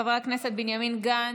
חבר הכנסת בנימין גנץ,